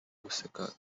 guseka